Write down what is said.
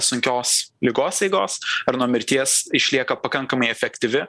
sunkios ligos eigos ar nuo mirties išlieka pakankamai efektyvi